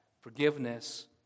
Forgiveness